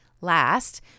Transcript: last